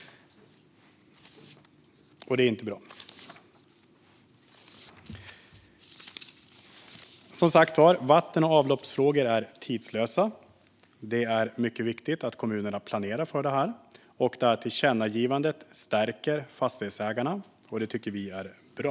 Det är inte bra. Som sagt var: Vatten och avloppsfrågor är tidlösa. Det är mycket viktigt att kommunerna planerar för detta. Och detta tillkännagivande stärker fastighetsägarna, vilket vi tycker är bra.